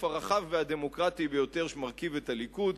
הרחב והדמוקרטי ביותר שמרכיב את הליכוד,